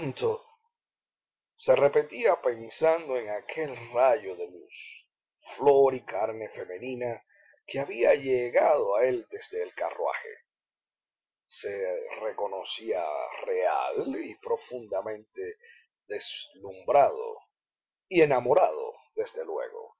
se repetía pensando en aquel rayo de luz flor y carne femenina que había llegado a él desde el carruaje se reconocía real y profundamente deslumbrado y enamorado desde luego